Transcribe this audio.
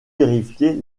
vérifier